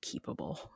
keepable